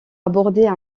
aborder